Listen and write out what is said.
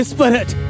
Spirit